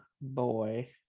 boy